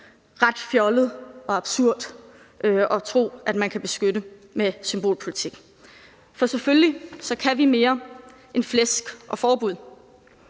ret fjollet og absurd at tro, at man kan beskytte værdier med symbolpolitik, og selvfølgelig kan vi mere end flæsk og forbud.